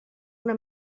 una